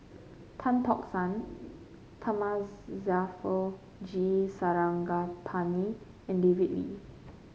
Tan Tock San G Sarangapani and David Lee